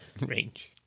Range